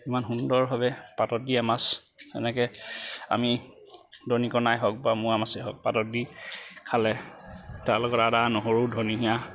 ইমান সুন্দৰভাৱে পাতত দিয়া মাছ এনেকে আমি দৰিকণাই হওক বা মোৱা মাছেই হওক পাতত দি খালে তাৰ লগত আদা নহৰু ধনিয়া